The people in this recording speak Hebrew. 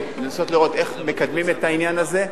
לנסות לראות איך מקדמים את העניין הזה.